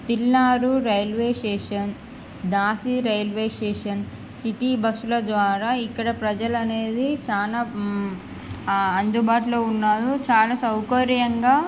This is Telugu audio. తిల్నారు రైల్వే స్టేషన్ దాసీ రైల్వే స్టేషన్ సిటీ బస్సుల ద్వారా ఇక్కడ ప్రజలు అనేది చాలా అందుబాటులో ఉన్నారు చాలా సౌకర్యంగా